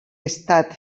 estat